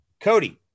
cody